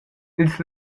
ils